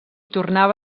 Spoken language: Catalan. tornava